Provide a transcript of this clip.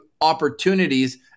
opportunities